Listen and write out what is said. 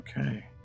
okay